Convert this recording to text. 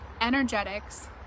energetics